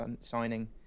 signing